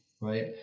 right